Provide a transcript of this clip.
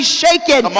shaken